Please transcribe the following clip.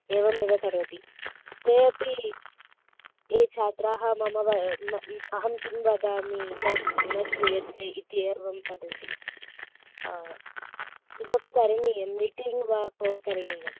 एवमेव करोति ते अपि ये छात्राः मम अहं किं वदामि तत् न श्रूयते इत्येवं वदन्ति किमपि करणीयं मीटिङ्ग् वा कोल् करणीयम्